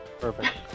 Perfect